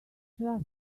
trust